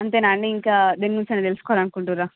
అంతేనా అండి ఇంకా దేని గురించన్నా తెలుసుకోవాలనుకుంటుర్ర